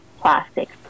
plastics